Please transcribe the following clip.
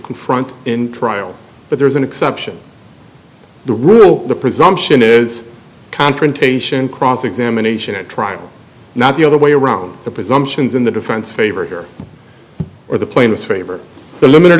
confront in trial but there is an exception the rule the presumption is confrontation cross examination at trial not the other way around the presumptions in the defense favor here are the plaintiff's favor the limit